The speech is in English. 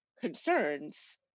concerns